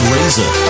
Razor